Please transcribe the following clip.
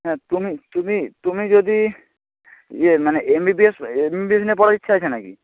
হ্যাঁ তুমি তুমি তুমি যদি ইয়ে মানে M B B S M B B নিয়ে পড়ার ইচ্ছে আছে নাকি